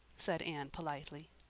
said anne politely.